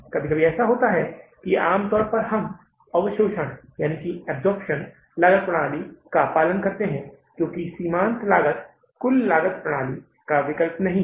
कभी कभी ऐसा होता है कि आम तौर पर हम अवशोषणअब्सॉर्प्शन लागत प्रणाली का पालन करते हैं क्योंकि सीमांत लागत कुल लागत प्रणाली का विकल्प नहीं है